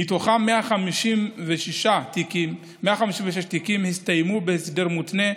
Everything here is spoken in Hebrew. ומתוכם 156 תיקים הסתיימו בהסדר מותנה,